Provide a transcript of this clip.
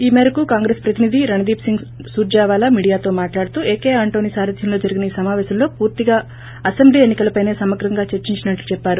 ఈ మేరకు కాంగ్రెస్ ప్రతినిధి రణ్దీప్ సింగ్ సూర్షవాలా మిడియాతో మాట్లాడుతూ ఏకే ఆంటోని సారథ్యంలో జరిగిన ఈ సమాపేశంలో పూర్తిగా అసెంబ్లీ ఎన్ని కలపైన సమగ్రం గా చర్సించినట్టు చెప్పారు